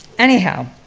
anyhow,